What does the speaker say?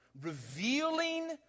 revealing